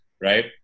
right